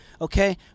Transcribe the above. Okay